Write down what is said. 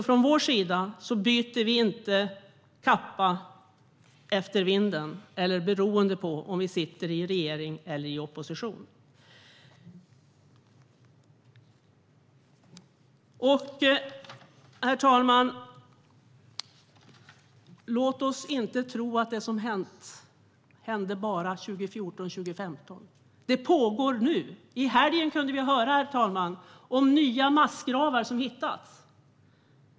Från vår sida vänder vi inte kappan efter vinden beroende på om vi sitter i regering eller i opposition. Herr talman! Låt oss inte tro att det som hänt bara hände 2014 och 2015. Det pågår nu. I helgen kunde vi höra om att nya massgravar hittats.